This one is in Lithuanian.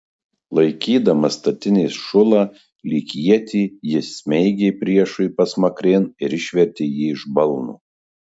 laikydamas statinės šulą lyg ietį jis smeigė priešui pasmakrėn ir išvertė jį iš balno